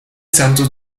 santos